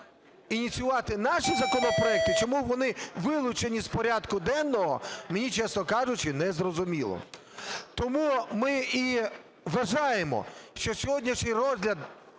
ініціювати наші законопроекти, чому вони вилучені з порядку денного, мені, чесно кажучи, не зрозуміло. Тому ми і вважаємо, що сьогоднішній розгляд